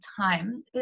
time